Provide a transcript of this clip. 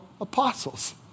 apostles